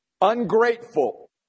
Ungrateful